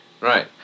Right